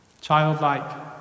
Childlike